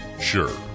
Sure